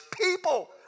people